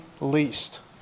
least